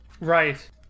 Right